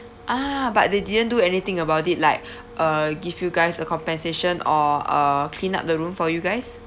ah but they didn't do anything about it like uh give you guys a compensation or uh clean up the room for you guys